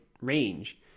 range